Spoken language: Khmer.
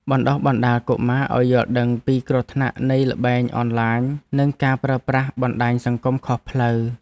បណ្តុះបណ្តាលកុមារឱ្យយល់ដឹងពីគ្រោះថ្នាក់នៃល្បែងអនឡាញនិងការប្រើប្រាស់បណ្តាញសង្គមខុសផ្លូវ។